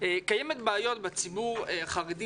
בציבור החרדי,